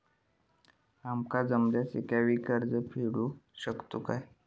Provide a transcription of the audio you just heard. आमका जमल्यास एकाच वेळी कर्ज परत फेडू शकतू काय?